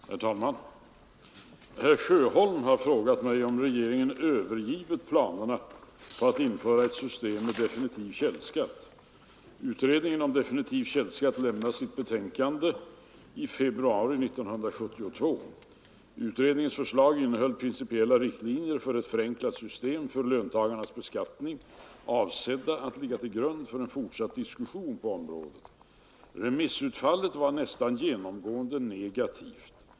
Herr talman! Herr Sjöholm har frågat mig om regeringen övergivit planerna på att införa ett system med definitiv källskatt. Utredningen om definitiv källskatt lämnade sitt betänkande Förenklad löntagarbeskattning i februari 1972. Utredningens förslag innehöll principiella riktlinjer för ett förenklat system för löntagares beskattning, avsedda att ligga till grund för en fortsatt diskussion på området. Remissutfallet var nästan genomgående negativt.